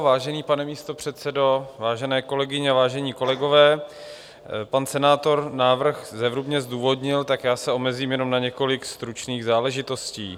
Vážený pane místopředsedo, vážné kolegyně, vážení kolegové, pan senátor návrh zevrubně zdůvodnil, tak se omezím jenom na několik stručných záležitostí.